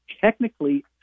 technically